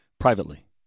privately